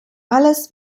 alles